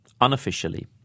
Unofficially